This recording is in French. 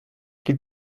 qu’il